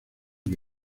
que